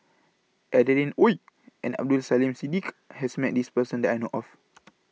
Adeline Ooi and Abdul Aleem Siddique has Met This Person that I know of